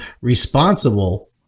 responsible